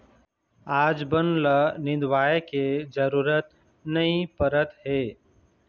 आज बन ल निंदवाए के जरूरत नइ परत हे